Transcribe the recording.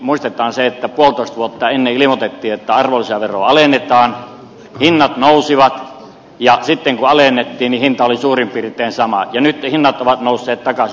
muistetaan se että kun puolitoista vuotta ennen ilmoitettiin että arvonlisäveroa alennetaan hinnat nousivat ja sitten kun alennettiin niin hinta oli suurin piirtein sama ja nyt hinnat ovat nousseet takaisin